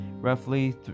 roughly